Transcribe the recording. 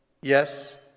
Yes